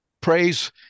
praise